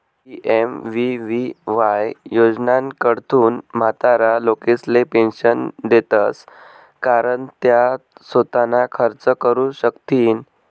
PMVVY योजनाकडथून म्हातारा लोकेसले पेंशन देतंस कारण त्या सोताना खर्च करू शकथीन